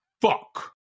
Fuck